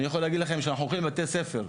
אני יכול להגיד לכם שאנחנו הולכים לבתי ספר.